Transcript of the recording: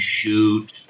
shoot